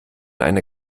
eine